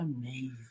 amazing